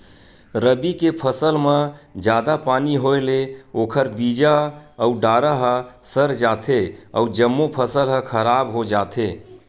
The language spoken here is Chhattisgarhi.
रबी के फसल म जादा पानी होए ले ओखर बीजा अउ डारा ह सर जाथे अउ जम्मो फसल ह खराब हो जाथे